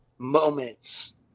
moments